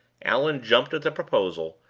allan jumped at the proposal,